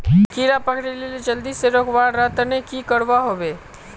कीड़ा पकरिले जल्दी से रुकवा र तने की करवा होबे?